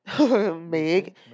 Meg